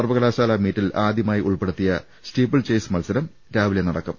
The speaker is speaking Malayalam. സർവകലാശാലാ മീറ്റിൽ ആദ്യമായി ഉൾപ്പെടുത്തിയ സ്റ്റീപ്പ്ൾ ചെയ്സ് മത്സരം ഇന്ന് രാവിലെ നടക്കും